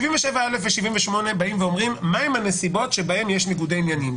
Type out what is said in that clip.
77א ו-78 באים ואומרים מהן הנסיבות שבהן יש ניגודי עניינים.